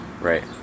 Right